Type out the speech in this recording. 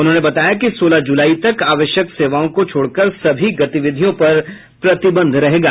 उन्होंने बताया कि सोलह जुलाई तक आवश्यक सेवाओं को छोड़कर सभी गतिविधियों पर प्रतिबंध रहेगा